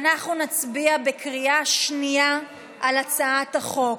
אנחנו נצביע בקריאה שנייה על הצעת החוק.